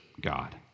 God